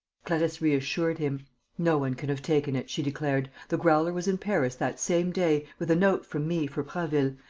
clarisse reassured him no one can have taken it, she declared. the growler was in paris that same day, with a note from me for prasville,